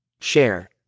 share